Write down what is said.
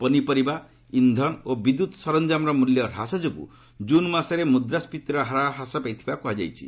ପନିପରିବା ଇନ୍ଧନ ଓ ବିଦ୍ୟୁତ୍ ସରଞ୍ଜାମର ମୂଲ୍ୟ ହ୍ରାସ ଯୋଗୁଁ ଜୁନ୍ ମାସରେ ମୁଦ୍ରାସ୍କିତିହାର ହ୍ରାସ ପାଇଥିବା କୁହାଯାଇଛି